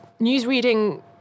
newsreading